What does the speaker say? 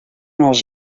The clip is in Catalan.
els